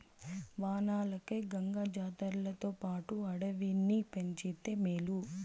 వానలకై గంగ జాతర్లతోపాటు అడవిని పంచితే మేలు